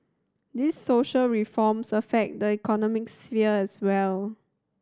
these social reforms affect the economic sphere as well